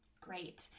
great